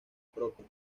propio